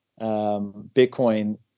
bitcoin